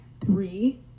Three